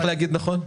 אז איך להגיד נכון?